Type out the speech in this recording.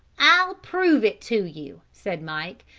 i'll prove it to you, said mike.